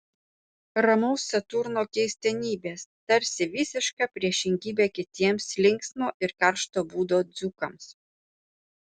ramaus saturno keistenybės tarsi visiška priešingybė kitiems linksmo ir karšto būdo dzūkams